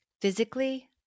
physically